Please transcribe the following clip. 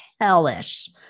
hellish